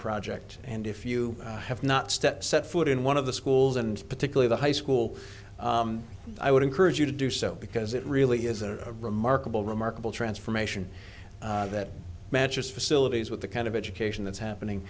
project and if you have not stepped set foot in one of the schools and particularly the high school i would encourage you to do so because it really is a remarkable remarkable transformation that matches facilities with the kind of education that's happening